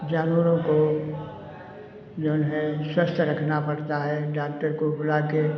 जानवरों को जऊन है स्वस्थ रखना पड़ता है डाक्टर को बुला के